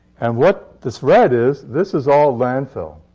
and what this red is, this is all landfill.